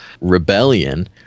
rebellion